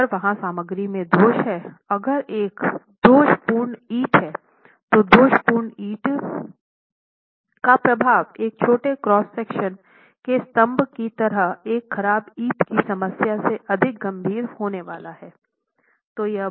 अब अगर वहाँ सामग्री में दोष है अगर एक दोषपूर्ण ईंट है तो दोषपूर्ण ईंट का प्रभाव एक छोटे क्रॉस सेक्शन में स्तंभ की तरह उस खराब ईंट की समस्या से अधिक गंभीर होने वाला है